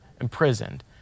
imprisoned